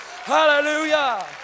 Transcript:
hallelujah